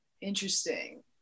Interesting